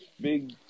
big